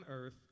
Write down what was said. earth